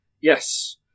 Yes